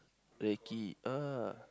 recce ah